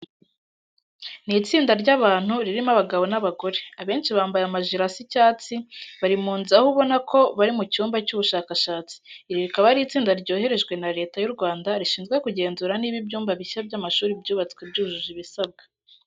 Ni itsinda ry'abantu ririmo abagabo n'abagore, abenshi bambaye amajire asa icyatsi bari mu nzu aho ubona ko bari mu cyumba cy'ubushakashatsi. Iri rikaba ari itsinda ryoherejwe na Leta y'u Rwanda rishinzwe kugenzura niba ibyumba bishya by'amashuri byubatswe byujuje ibisabwa.